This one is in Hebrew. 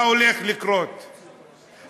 תארו לעצמכם מה הולך לקרות ביום האחרון.